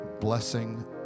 blessing